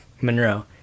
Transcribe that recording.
Monroe